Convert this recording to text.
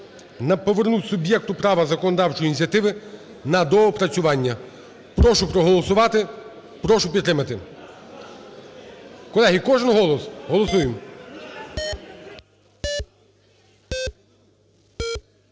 повернути суб'єкту права законодавчої ініціативи на доопрацювання. Прошу проголосувати. Прошу підтримати. Колеги, кожен голос, голосуємо.